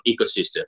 ecosystem